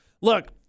look